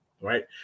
right